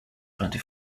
twenty